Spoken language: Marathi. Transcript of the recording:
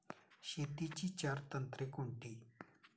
शेतीची चार तंत्रे कोणती?